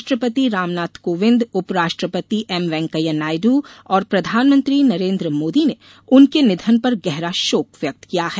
राष्ट्रपति रामनाथ कोविंद उपराष्ट्रपति एम वैंकेया नायडू और प्रधानमंत्री नरेन्द्र मोदी ने उनके निधन पर गहरा शोक व्यक्त किया है